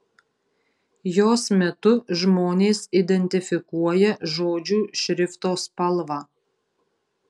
jos metu žmonės identifikuoja žodžių šrifto spalvą